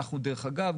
דרך אגב,